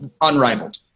unrivaled